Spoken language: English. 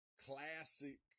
classic